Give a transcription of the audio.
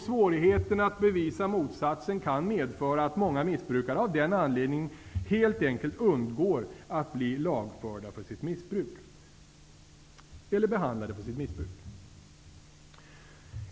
Svårigheten att bevisa motsatsen kan medföra att många missbrukare av den anledningen helt enkelt undgår att bli lagförda eller behandlade för sitt missbruk.